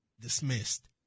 dismissed